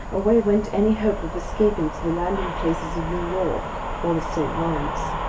away went any hope of escaping to the landing places of new york or the st. lawrence.